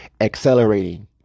accelerating